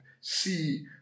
see